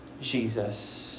Jesus